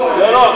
לא לא,